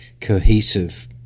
cohesive